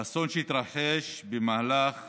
באסון שהתרחש במהלך